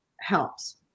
helps